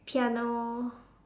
piano